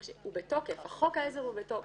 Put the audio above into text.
חוק העזר בתוקף,